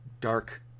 dark